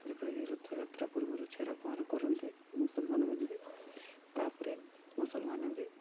ଯେପରିକି ରଥଯାତ୍ରା ପୂର୍ବରୁ ଛେରା ପହଁରା କରନ୍ତି ମୁସଲମାନ୍ ମାନେ ବି ତା'ପରେ ମୁସଲମାନ୍ ବି